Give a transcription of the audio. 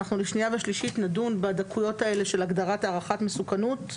בשנייה ושלישית נדון בדקויות האלה של הגדרת הערכת מסוכנות.